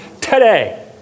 today